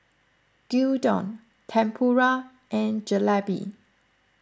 Gyudon Tempura and Jalebi